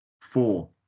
Four